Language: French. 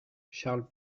charles